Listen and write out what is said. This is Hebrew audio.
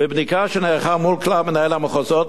מבדיקה שנערכה מול כלל מנהלי המחוזות,